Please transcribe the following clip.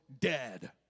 dead